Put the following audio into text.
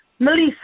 Melissa